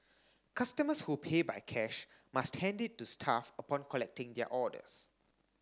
customers who pay by cash must hand it to staff upon collecting their orders